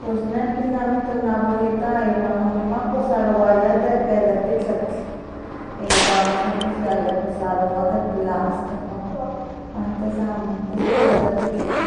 Pues ne nikilnamiktok noawelita iwa nomama kusarowaya de ke de pitlatl, iwa axan yaya kusarowa de plástico, antes amo, antes puro de petlatl,